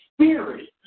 spirit